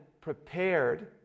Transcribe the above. prepared